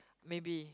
maybe